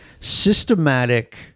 systematic